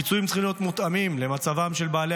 פיצויים צריכים להיות מותאמים למצבם של בעלי